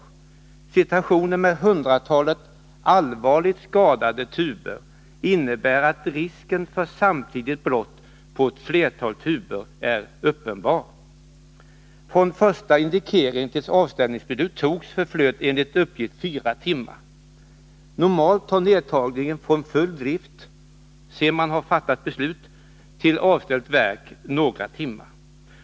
En situation där hundratalet tuber är allvarligt skadade innebär att risken för samtidigt brott på ett flertal tuber är uppenbar. Från första indikering tills avställningsbeslut togs förflöt enligt uppgift fyra timmar. Normalt tar nedtagning från full drift — sedan man har fattat beslut — till avställt verk några timmar.